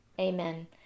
amen